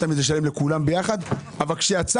לא תמיד זה שלם לכולם ביחד אבל כשיצא